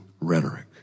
rhetoric